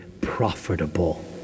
profitable